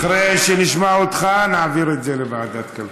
אחרי שנשמע אותך, נעביר את זה לוועדת הכלכלה.